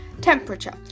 Temperature